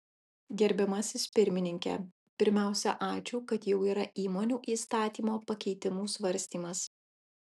gerbiamasis pirmininke pirmiausia ačiū kad jau yra įmonių įstatymo pakeitimų svarstymas